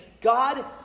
God